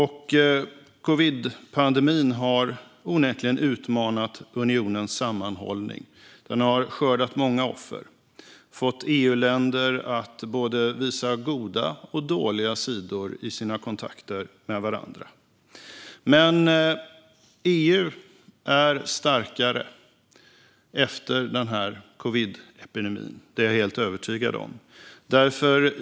Covidpandemin har onekligen utmanat unionens sammanhållning. Den har skördat många offer och fått EU-länder att visa både goda och dåliga sidor i sina kontakter med varandra. Men EU är starkare efter denna covidepidemi; det är jag helt övertygad om.